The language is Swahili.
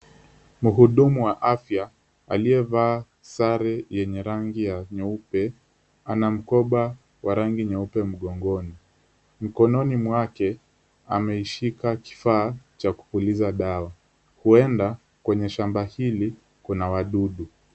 Muhudumu wa afya aliyevaa sare yenye rangi ya nyeupe, ana mkoba wa rangi nyeupe mgongoni. Mkononi mwake ameishika kifaa cha kupuliza dawa. Huenda kwenye shamba hili kuna wadudu.